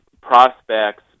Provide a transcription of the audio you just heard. prospects